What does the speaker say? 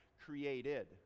created